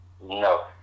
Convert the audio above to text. No